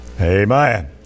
amen